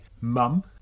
mum